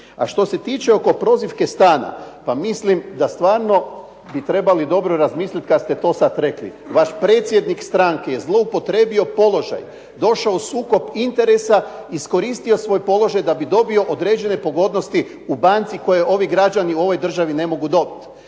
A što se tiče oko prozivke stana, pa mislim da stvarno bi trebali dobro razmisliti kad ste to sad rekli. Vaš predsjednik stranke je zloupotrijebio položaj, došao u sukob interesa, iskoristio svoj položaj da bi dobio određene pogodnosti u banci koje ovi građani u ovoj državi ne mogu dobiti.